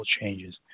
changes